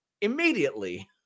immediately